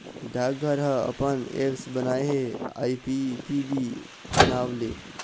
डाकघर ह अपन ऐप्स बनाए हे आई.पी.पी.बी नांव ले